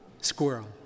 squirrel